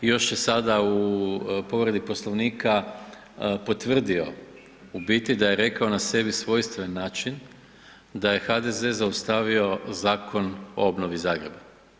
Još je sada u povredi Poslovnika potvrdio u biti da je rekao na sebi svojstven način da je HDZ zaustavio Zakon o obnovi Zagreba.